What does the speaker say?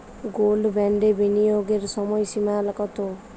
Gold বন্ডে বিনিয়োগের সময়সীমা কতো?